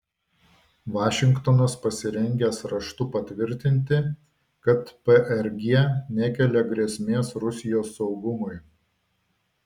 vašingtonas pasirengęs raštu patvirtinti kad prg nekelia grėsmės rusijos saugumui